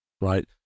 right